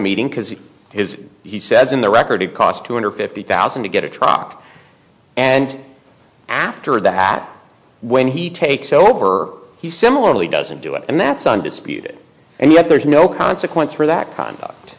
meeting because he has he says in the record cost two hundred fifty thousand to get a truck and after that when he takes over he similarly doesn't do it and that's undisputed and yet there's no consequence for that